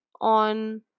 on